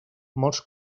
molts